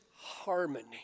harmony